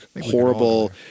horrible